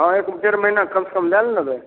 हँ एक डेढ़ महीना कम सँ कम लए ने लेबै